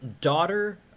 daughter